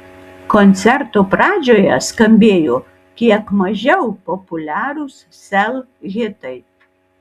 koncerto pradžioje skambėjo kiek mažiau populiarūs sel hitai